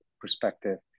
perspective